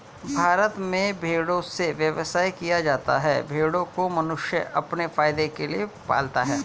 भारत में भेड़ों से व्यवसाय किया जाता है भेड़ों को मनुष्य अपने फायदे के लिए पालता है